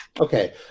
Okay